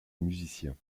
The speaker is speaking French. musiciens